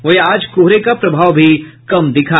वहीं आज कोहरे का प्रभाव भी कम दिखा